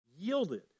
yielded